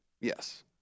Yes